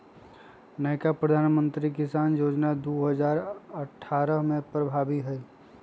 नयका प्रधानमंत्री किसान जोजना दू हजार अट्ठारह से प्रभाबी हइ